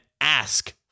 ask